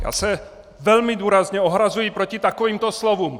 Já se velmi důrazně ohrazuji proti takovýmto slovům!